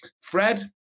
Fred